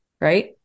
right